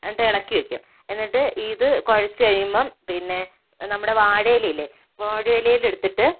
എന്നിട്ട് ഇളക്കി വെയ്ക്കുക എന്നിട്ട് ഇത് കുഴച്ച് കഴിയുമ്പം പിന്നെ നമ്മുടെ വാഴയിലയില്ലേ വാഴയിലയിൽ എടുത്തിട്ട്